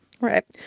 Right